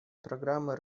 программы